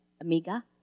amiga